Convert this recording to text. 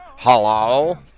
Hello